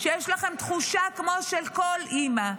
שיש לכן תחושה כמו של כל אימא,